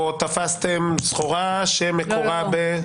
או תפסתם סחורה שמקורה ב --- לא,